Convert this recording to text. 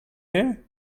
hear